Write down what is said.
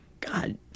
God